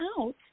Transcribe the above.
out